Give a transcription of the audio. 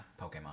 pokemon